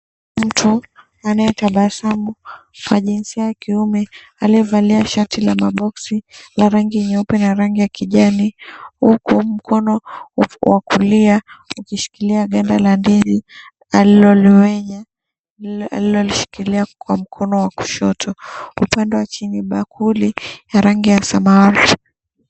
Mtu anaetabasamu wa jinsia ya kiume aliyevalia shati la maboksi la rangi nyeupe na rangi ya kijani, huku mkono wa kulia ukishikilia ganda la ndizi alilolimenya, alilolishikilia kwa mkono wa kushoto. Upande wa chini bakuli ya rangi ya samawati.